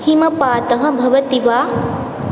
हिमपातः भवति वा